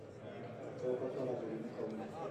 Mkacha ukafarala mboroneka uji